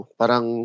parang